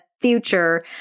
future